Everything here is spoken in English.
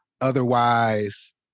Otherwise